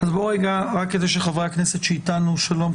רק כדי שחברי הכנסת שאיתנו שלום,